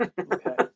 okay